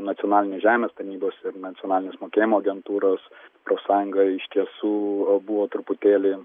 nacionalinės žemės tarnybos ir nacionalinės mokėjimo agentūros profsąjunga iš tiesų buvo truputėlį